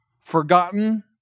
forgotten